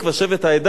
שבט "העדה",